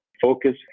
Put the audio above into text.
focus